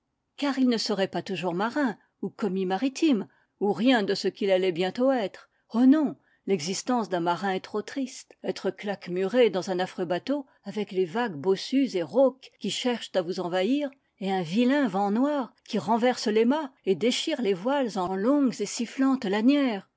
car il ne serait pas toujours marin ou commis maritime ou rien de ce qu'il allait bientôt être oh non l'existence a d'un marin est trop triste etre claquemuré dans un affreux bateau avec les vagues bossues et rauques qui cherchent à vous envahir et un vilain vent noir qui renverse les mâts et déchire les voiles en longues et sifflantes lanières